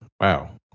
Wow